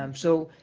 um so